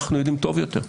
אנחנו יודעים טוב יותר.